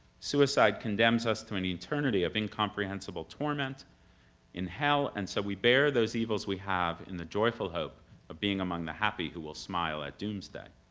suicide condemns us to an eternity of incomprehensible torment in hell, and so we bear those evils we have in a joyful hope of being among the happy who will smile at doomsday.